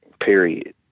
Period